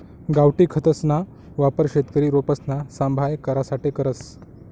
गावठी खतसना वापर शेतकरी रोपसना सांभाय करासाठे करस